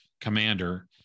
commander